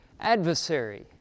adversary